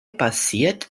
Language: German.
passiert